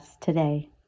today